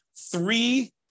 three